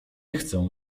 chcę